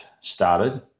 started